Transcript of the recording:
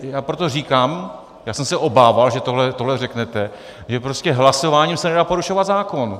Já proto říkám, já jsem se obával, že tohle řeknete, že prostě hlasováním se nedá porušovat zákon.